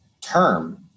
term